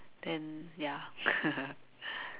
then ya